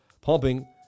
pumping